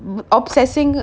mm obsessing